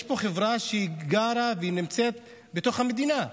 יש פה חברה שגרה ונמצאת בתוך המדינה.